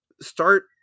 start